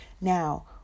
Now